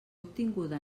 obtinguda